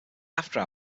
after